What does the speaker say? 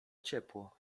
ciepło